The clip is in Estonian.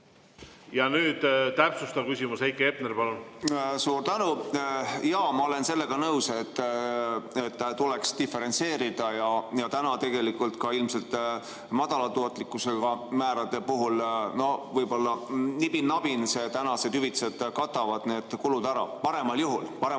Nüüd täpsustav küsimus, Heiki Hepner, palun! Suur tänu! Jaa, ma olen nõus, et tuleks diferentseerida. Tegelikult ka ilmselt madala tootlikkusega määrade puhul võib-olla nibin-nabin tänased hüvitised katavad need kulud ära, paremal juhul. Paremal juhul.